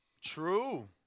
True